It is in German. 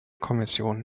kommission